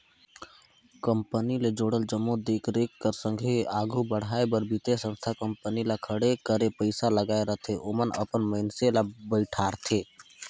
company ले जुड़ल जम्मो देख रेख कर संघे आघु बढ़ाए बर बित्तीय संस्था कंपनी ल खड़े करे पइसा लगाए रहिथे ओमन अपन मइनसे ल बइठारथे